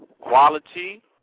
quality